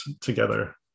together